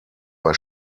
bei